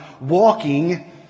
walking